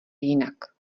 jinak